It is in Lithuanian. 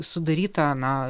sudaryta na